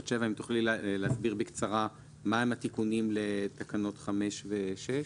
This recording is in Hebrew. אם תוכלי להסביר בקצרה מה הם התיקונים לתקנות 5 ו-6.